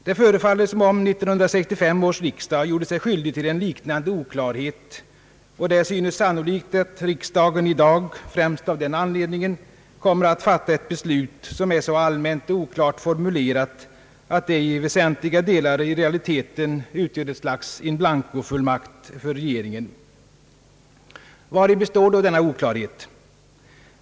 Det förefaller som om 1965 års riksdag gjorde sig skyldig till en liknande oklarhet, och det synes sannolikt att riksdagen i dag främst av den anledningen kommer att fatta ett beslut som är så allmänt och oklart formulerat, att det i väsentliga delar i realiteten utgör ett slags in blanco-fullmakt för regeringen. Vari består då denna oklarhet?